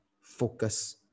focus